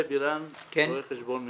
לשכת רואי חשבון,